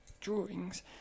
drawings